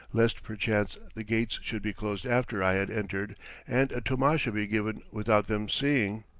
lest perchance the gates should be closed after i had entered and a tomasha be given without them seeing.